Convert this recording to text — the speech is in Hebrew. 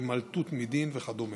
הימלטות מדין וכדומה.